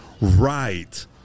Right